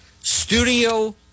studio